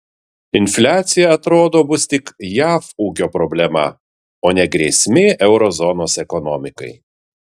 infliacija atrodo bus tik jav ūkio problema o ne grėsmė euro zonos ekonomikai